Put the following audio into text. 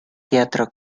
teatro